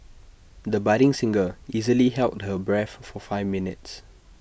the budding singer easily held her breath for five minutes